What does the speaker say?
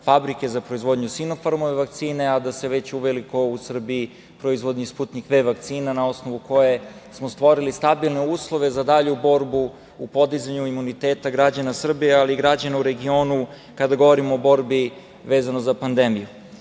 fabrike za proizvodnju Sinofarmove vakcine, a da se već uveliko u Srbiji proizvodi „Sputnik V“ vakcina, na osnovu koje smo stvorili stabilne uslove za dalju borbu u podizanju imuniteta građana Srbije, ali i građana u regionu, kada govorimo o borbi vezano za pandemiju. Takođe,